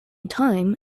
time